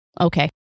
Okay